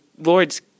Lord's